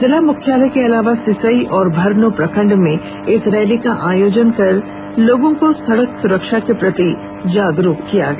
जिला मुख्यालय के अलावा सिसई और भरनो प्रखंड में इस रैली का आयोजन कर लोगों को सड़क सुरक्षा के प्रति जागरूक किया गया